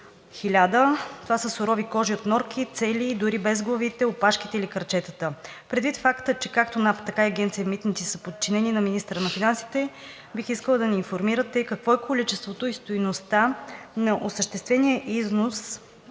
– това са сурови кожи от норки, цели, дори без главите, опашките или крачетата. Предвид факта, че както НАП, така и Агенция „Митници“ са подчинени на министъра на финансите, бих искала да ни информирате: какво е количеството и стойността на осъществения износ